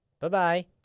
Bye-bye